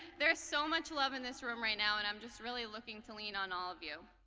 there's so much love in this room right now and i am just really looking to lean on all of you.